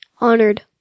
Honored